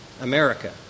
America